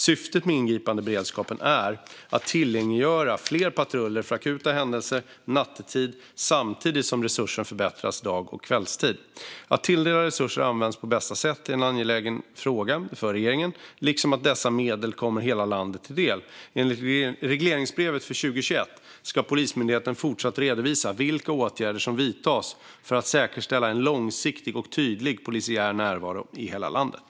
Syftet med ingripandeberedskapen är att tillgängliggöra fler patruller för akuta händelser nattetid, samtidigt som resursen förbättras dag och kvällstid. Att tilldelade resurser används på bästa sätt är en angelägen fråga för regeringen, liksom att dessa medel kommer hela landet till del. Enligt regleringsbrevet för 2021 ska Polismyndigheten fortsatt redovisa vilka åtgärder som vidtas för att säkerställa en långsiktig och tydlig polisiär närvaro i hela landet.